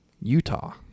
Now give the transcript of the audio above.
Utah